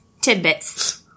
tidbits